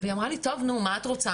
והיא אמרה לי: טוב, נו, מה את רוצה?